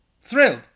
thrilled